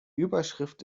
überschrift